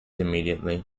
immediately